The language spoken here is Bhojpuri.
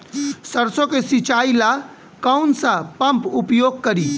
सरसो के सिंचाई ला कौन सा पंप उपयोग करी?